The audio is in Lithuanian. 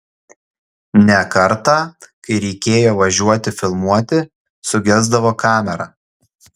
ne kartą kai reikėjo važiuoti filmuoti sugesdavo kamera